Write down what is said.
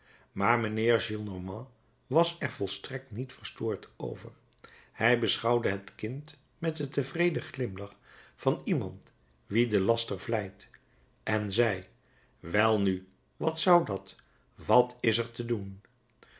maar mijnheer gillenormand was er volstrekt niet verstoord over hij beschouwde het kind met den tevreden glimlach van iemand wien de laster vleit en zei welnu wat zou dat wat is er te doen